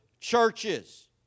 churches